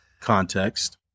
context